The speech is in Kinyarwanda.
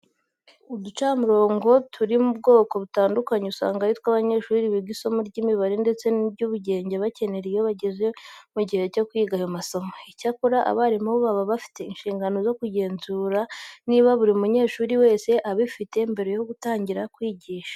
Uducamurongo turi mu bwoko butandukanye usanga ari two abanyeshuri biga isomo ry'imibare ndetse n'iry'ubugenge bakenera iyo bageze mu gihe cyo kwiga ayo masomo. Icyakora abarimu baba bafite inshingano zo kugenzura niba buri munyeshuri wese abifite mbere yo gutangira kwigisha.